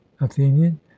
Athenian